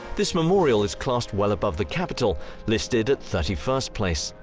this memorial is classed well above the capitol listed at thirty first place.